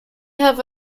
have